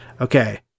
Okay